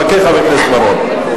חכה, חבר הכנסת בר-און.